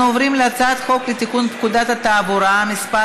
אנחנו עוברים להצעת חוק לתיקון פקודת התעבורה (מס'